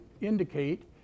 indicate